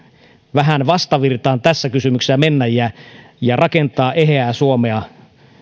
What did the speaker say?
vähän vastavirtaan tässä kysymyksessä mennä ja ja rakentaa eheää suomea